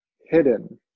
Hidden